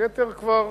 היתר כבר